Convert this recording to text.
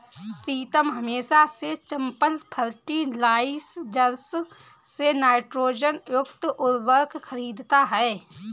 प्रीतम हमेशा से चंबल फर्टिलाइजर्स से नाइट्रोजन युक्त उर्वरक खरीदता हैं